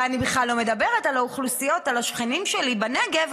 ואני בכלל לא מדברת על השכנים שלי בנגב,